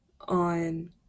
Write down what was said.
on